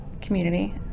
community